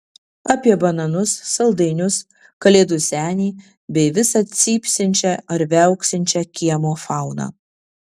apie bananus saldainius kalėdų senį bei visą cypsinčią ar viauksinčią kiemo fauną